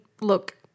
look